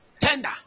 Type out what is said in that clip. Tender